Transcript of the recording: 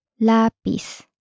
Lapis